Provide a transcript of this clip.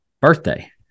birthday